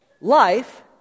life